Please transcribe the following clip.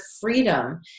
freedom